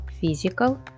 physical